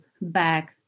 back